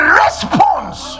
response